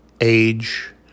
age